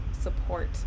support